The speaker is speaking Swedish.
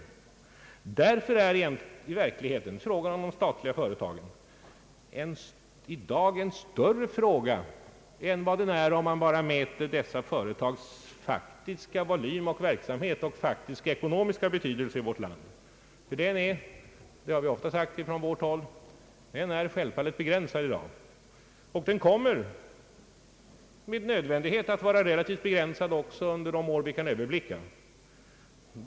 Därför är i verkligheten frågan om de statliga företagen i dag en större fråga än om man bara skulle mäta dessa företags volym och praktiska verksamhet och faktiska ekonomiska betydelse i vårt land. Denna betydelse är — det har vi ofta sagt från vårt håll — självfallet begränsad i dag och kommer med nödvändighet att vara relativt begränsad under de år vi kan överblicka.